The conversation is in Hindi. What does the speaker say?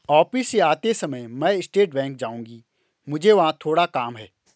ऑफिस से आते समय मैं स्टेट बैंक जाऊँगी, मुझे वहाँ थोड़ा काम है